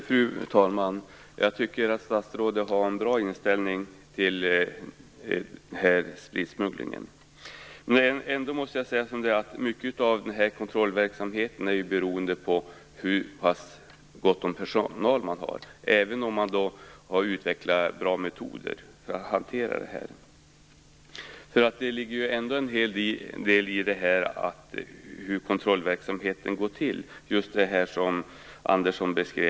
Fru talman! Jag tycker att statsrådet har en bra inställning till spritsmugglingen. Ändå måste jag säga att mycket av kontrollverksamheten är beroende av hur gott om personal man har. Det gäller även om man har utvecklat bra metoder för att hantera detta. Det ligger en hel del i Sten Anderssons beskrivning av hur kontrollverksamheten går till.